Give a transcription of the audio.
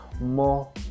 more